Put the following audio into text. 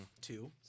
two